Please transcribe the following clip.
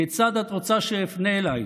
כיצד את רוצה שאפנה אלייך,